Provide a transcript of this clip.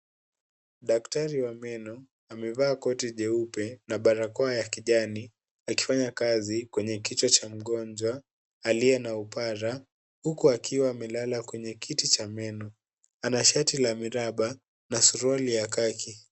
Daktari wa meno amevaa koti jeupe na barakoa ya kijani akifanya kazi kwenye kichwa cha mgonjwa aliye na upara huku akiwa amelala kwenye kiti ha meno. Ana shati la miraba na suruali ya khaki .